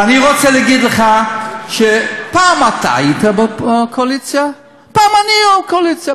אני רוצה להגיד לך שפעם אתה היית בקואליציה ופעם אני בקואליציה,